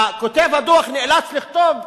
כותב הדוח נאלץ לכתוב,